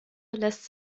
lässt